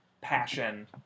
passion